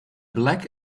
black